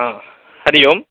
हा हरिः ओं